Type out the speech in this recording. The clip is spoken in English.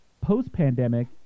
post-pandemic